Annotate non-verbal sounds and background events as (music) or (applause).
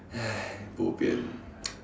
(breath) bo pian